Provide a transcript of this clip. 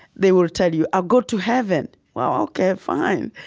they will tell you, i'll go to heaven. well, ok, fine,